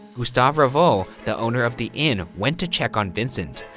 gustave ravoux, the owner of the inn, went to check on vincent.